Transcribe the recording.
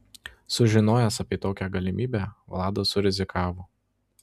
sužinojęs apie tokią galimybę vladas surizikavo